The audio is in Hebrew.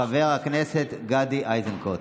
חבר הכנסת גדי איזנקוט.